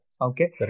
Okay